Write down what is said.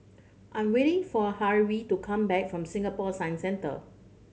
I'm waiting for Harvey to come back from Singapore Science Centre